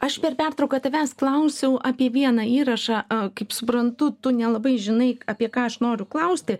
aš per pertrauką tavęs klausiau apie vieną įrašą kaip suprantu tu nelabai žinai apie ką aš noriu klausti